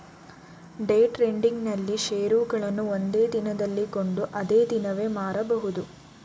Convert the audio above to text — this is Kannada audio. ಡೇ ಟ್ರೇಡಿಂಗ್ ನಲ್ಲಿ ಶೇರುಗಳನ್ನು ಒಂದೇ ದಿನದಲ್ಲಿ ಕೊಂಡು ಅದೇ ದಿನವೇ ಮಾರಬಹುದು